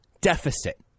deficit